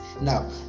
now